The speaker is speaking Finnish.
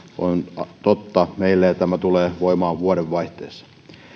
on totta meillä ja tämä tulee voimaan vuodenvaihteessa